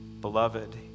beloved